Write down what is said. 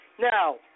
Now